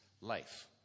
life